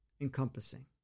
encompassing